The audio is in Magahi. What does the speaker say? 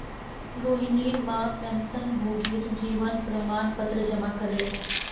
रोहिणीर मां पेंशनभोगीर जीवन प्रमाण पत्र जमा करले